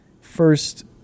first